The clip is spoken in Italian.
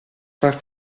far